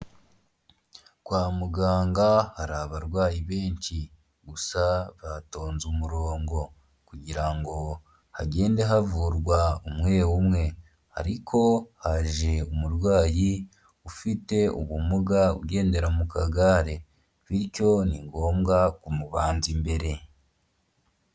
Kwa muganga hari abarwayi benshi gusa batonze umurongo kugira ngo hagende havurwa umwe umwe, ariko haje umurwayi ufite ubumuga ugendera mu kagare bityo ni ngombwa kumubanza imbere.